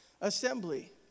assembly